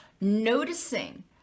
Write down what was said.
noticing